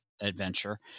adventure